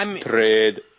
Trade